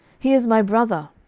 he is my brother.